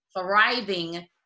thriving